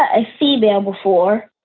i see them before.